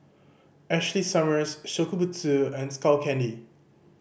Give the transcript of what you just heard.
Ashley Summers Shokubutsu and Skull Candy